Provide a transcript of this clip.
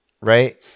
right